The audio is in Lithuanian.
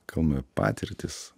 kalbame patirtis